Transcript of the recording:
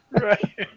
Right